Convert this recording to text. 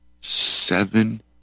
seven